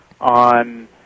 on